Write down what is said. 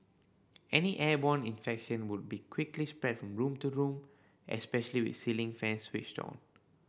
any airborne infection would be quickly spread from room to room especially with ceiling fans switched on